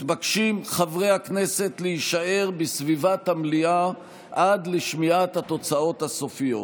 מתבקשים חברי הכנסת להישאר בסביבת המליאה עד לשמיעת התוצאות הסופיות.